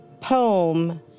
poem